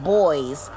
boys